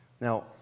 Now